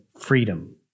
freedom